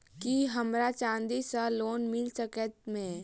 की हमरा चांदी सअ लोन मिल सकैत मे?